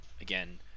again